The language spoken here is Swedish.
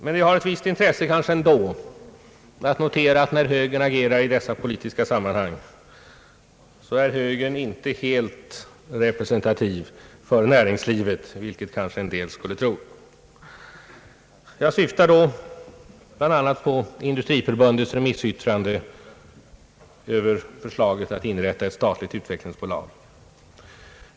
Men det har kanske ändå ett visst intresse att notera att när högern agerar i dessa politiska sammanhang, är högern inte helt representativ för näringslivet, vilket kanske en del skulle tro. Jag syftar då bl.a. på Industriförbundets remissyttrande över förslaget att inrätta ett statligt utvecklingsbolag.